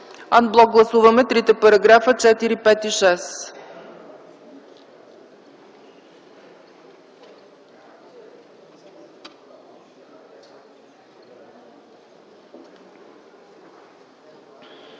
Ан блок гласуваме трите параграфа 4, 5 и 6.